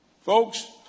Folks